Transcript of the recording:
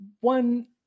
One